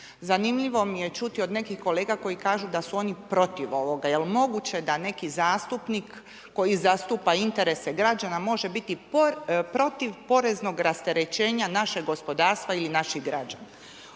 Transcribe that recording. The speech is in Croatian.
Zanimljivo mi je čuti od nekih kolega koji kažu da su oni protiv ovoga. Je li moguće da neki zastupnik koji zastupa interese građana može biti protiv poreznog rasterećenja našeg gospodarstva ili naših građana.